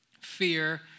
Fear